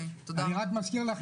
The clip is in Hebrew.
אני רק מזכיר לך,